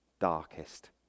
darkest